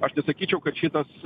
aš nesakyčiau kad šitas